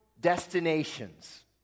destinations